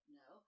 no